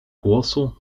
głosu